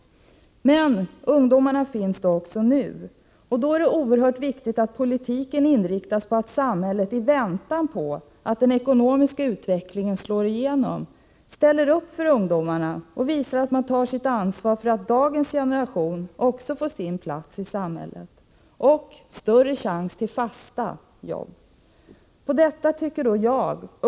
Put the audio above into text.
Det är oerhört viktigt att politiken inriktas på att samhället, i väntan på att den ekonomiska utvecklingen slår igenom, ställer upp för ungdomarna och visar att man tar ansvaret för att dagens generation får sin plats i samhället och får större chans till fasta jobb.